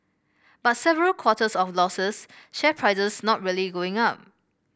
but several quarters of losses share prices not really going up